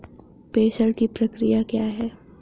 प्रेषण की प्रक्रिया क्या है?